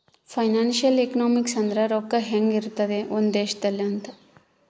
financial economics ಅಂದ್ರ ರೊಕ್ಕ ಹೆಂಗ ಇರ್ತದ ಒಂದ್ ದೇಶದಲ್ಲಿ ಅಂತ